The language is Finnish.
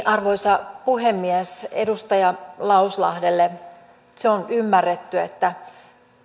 arvoisa puhemies edustaja lauslahdelle se on ymmärretty että